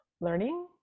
learning